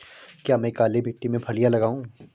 क्या मैं काली मिट्टी में फलियां लगाऊँ?